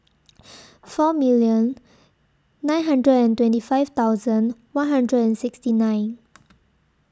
four million nine hundred and twenty five thousand one hundred and sixty nine